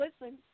listen